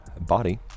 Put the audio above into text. body